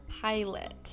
pilot